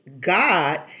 God